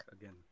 again